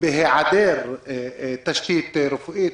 בהיעדר תשתית רפואית,